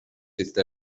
هیتلر